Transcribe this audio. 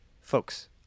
folks